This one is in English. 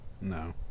No